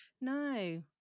No